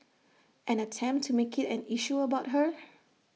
and attempt to make IT an issue about her